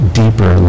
deeper